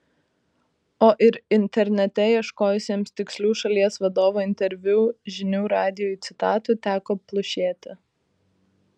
o ir internete ieškojusiems tikslių šalies vadovo interviu žinių radijui citatų teko plušėti